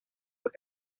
work